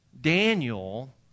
Daniel